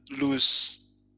lose